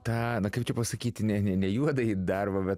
tą na kaip čia pasakyti ne ne ne juodąjį darbą bet